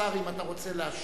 השר, אם אתה רוצה להשיב